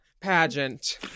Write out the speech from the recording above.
pageant